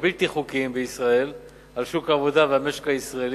הבלתי-חוקיים בישראל על שוק העבודה והמשק הישראלי,